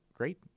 Great